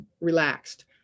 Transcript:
relaxed